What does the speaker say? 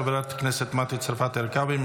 חברת הכנסת מטי צרפתי הרכבי,